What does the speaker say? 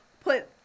put